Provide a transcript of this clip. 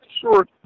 sure